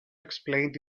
explained